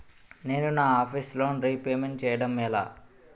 నేను నా office loan repayment చేయడం ఎలా?